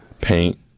paint